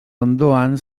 ondoan